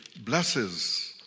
blesses